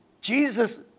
Jesus